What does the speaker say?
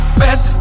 best